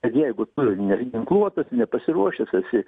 kad jeigu tu neginkluotas nepasiruošęs esi